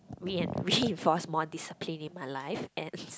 rein~ reinforce more discipline in my life and